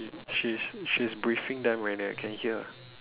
she's she she's briefing them eh I can hear